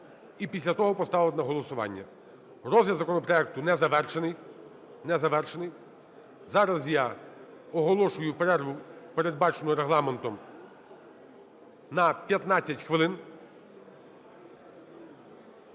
і після того поставити на голосування. Розгляд законопроекту не завершений. Не завершений. Зараз я оголошую перерву, передбачену Регламентом, на 15 хвилин.